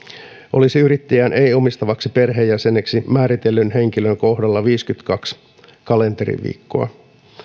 olisi yrittäjän ei omistavaksi perheenjäseneksi määritellyn henkilön kohdalla viisikymmentäkaksi kalenteriviikkoa